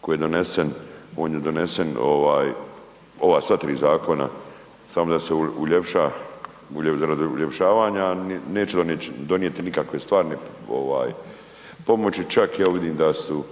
koji je donesen, on je donesen ovaj ova sva tri zakona samo da se uljepša, radi uljepšavanja neće donijeti nikakve stvarne pomoći čak ja vidim da su